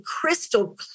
crystal